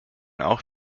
auch